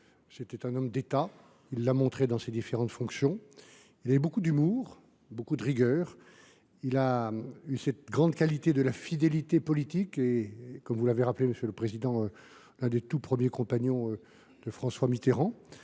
et un homme d’État, ce qu’il démontra dans ses différentes fonctions. Il avait beaucoup d’humour et beaucoup de rigueur, et il eut cette grande qualité qu’est la fidélité politique : comme vous l’avez rappelé, monsieur le président, il fut l’un des tout premiers compagnons de François Mitterrand,